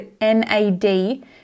NAD